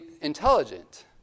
intelligent